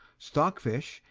stockfish,